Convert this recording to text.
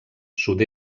sud